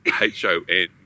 H-O-N